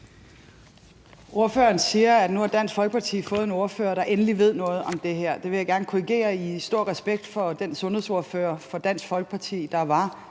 Ordføreren siger, at nu har Dansk Folkeparti endelig fået en ordfører, der ved noget om det her. Det vil jeg gerne korrigere i stor respekt for den sundhedsordfører for Dansk Folkeparti, der var